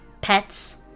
pets